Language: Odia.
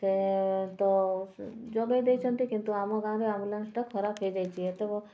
ସେ ତ ଯୋଗାଇ ଦେଇଛନ୍ତି କିନ୍ତୁ ଆମ ଗାଁରେ ଆମ୍ବୁଲାନ୍ସଟା ଖରାପ ହୋଇଯାଇଛି ଏତକ